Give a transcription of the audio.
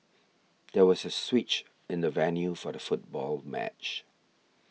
there was a switch in the venue for the football match